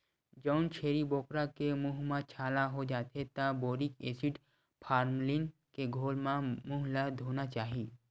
जउन छेरी बोकरा के मूंह म छाला हो जाथे त बोरिक एसिड, फार्मलीन के घोल म मूंह ल धोना चाही